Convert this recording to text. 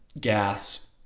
gas